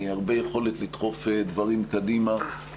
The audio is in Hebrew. הרבה יכולת לדחוף דברים קדימה.